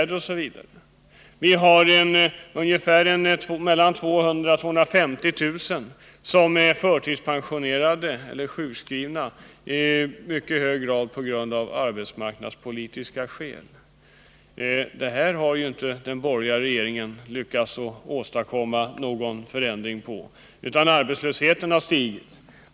Mellan 200 000 och 250 000 människor är förtidspensionerade eller sjukskrivna, i mycket hög grad av arbetsmarknadspolitiska skäl. Den borgerliga regeringen har inte lyckats ändra dessa förhållanden, utan arbetslösheten har stigit.